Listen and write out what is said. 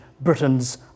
Britain's